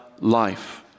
life